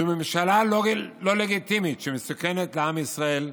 זו ממשלה לא לגיטימית שמסוכנת לעם ישראל,